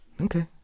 Okay